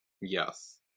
Yes